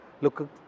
look